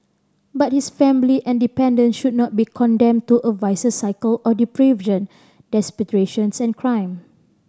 but his family and dependants should not be condemned to a vicious cycle of deprivation desperation and crime